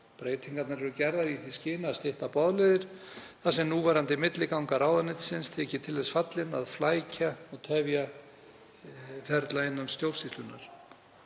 Breytingarnar eru gerðar í því skyni að stytta boðleiðir þar sem núverandi milliganga ráðuneytisins þykir til þess fallin að flækja og tefja ferla innan stjórnsýslunnar.